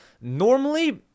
normally